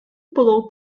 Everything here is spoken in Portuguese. pulou